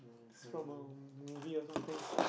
is from a movie or something